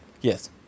Yes